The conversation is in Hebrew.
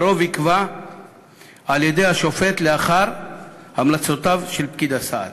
על-פי רוב ייקבע על-ידי השופט לאחר המלצותיו של פקיד הסעד.